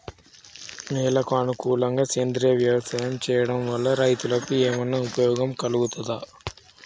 నేలకు అనుకూలంగా సేంద్రీయ వ్యవసాయం చేయడం వల్ల రైతులకు ఏమన్నా ఉపయోగం కలుగుతదా?